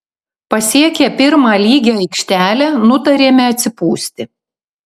pasiekę pirmą lygią aikštelę nutarėme atsipūsti